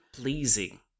pleasing